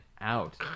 out